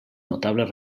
notables